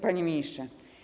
Panie Ministrze!